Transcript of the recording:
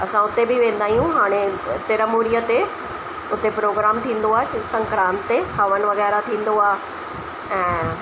असां हुते बि वेंदा आहियूं हाणे तिरमूरीअ ते उते प्रोग्राम थींदो आहे संक्रांत ते हवन वग़ैरह थींदो आहे ऐं